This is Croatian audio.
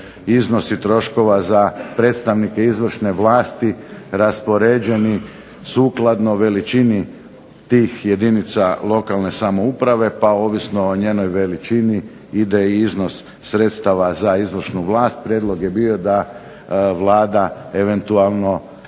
iznosi troškova za predstavnike izvršne vlasti raspoređeni sukladno veličini tih jedinica lokalne samouprave, pa ovisno o njenoj veličini ide iznos sredstava za izvršnu vlast. Prijedlog je bio da Vlada eventualno